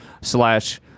slash